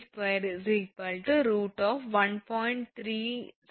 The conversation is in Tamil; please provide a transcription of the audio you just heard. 372 2 1